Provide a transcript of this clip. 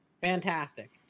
fantastic